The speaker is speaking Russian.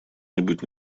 нибудь